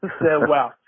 Wow